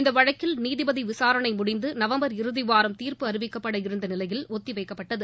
இந்த வழக்கில் நீதிபதி விசாரணை முடிந்து நவம்பர் இறுதி வாரம் தீர்ப்பு அறிவிக்கப்பட இருந்த நிலையில் ஒத்திவைக்கப்பட்டது